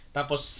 Tapos